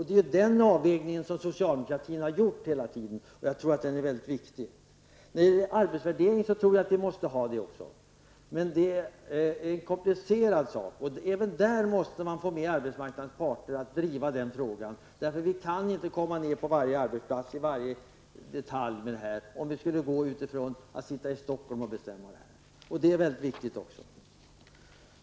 Det är den avvägningen som socialdemokraterna har gjort hela tiden. Jag tror att den är mycket viktig. När det gäller arbetsvärdering tror jag att vi måste ha det också. Men det är en komplicerad sak. Även där måste man få arbetsmarknadens parter att driva frågan, eftersom vi inte kan komma till varje arbetsplats när det gäller varje detalj om vi skulle sitta i Stockholm och bestämma det här. Det är också mycket viktigt. Herr talman!